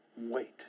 wait